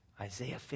Isaiah